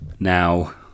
Now